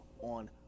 on